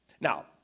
Now